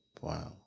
Wow